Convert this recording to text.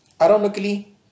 Ironically